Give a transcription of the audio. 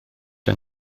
yng